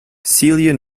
celia